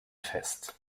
fest